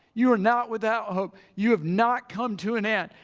you are not without hope. you have not come to an end.